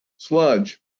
Sludge